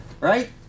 right